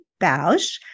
bausch